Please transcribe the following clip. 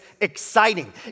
exciting